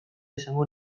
izango